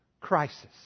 crisis